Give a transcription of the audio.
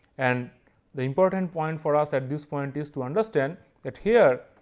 and the important point for us at this point is to understand that here,